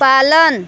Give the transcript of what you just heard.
पालन